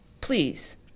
Please